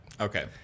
Okay